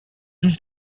just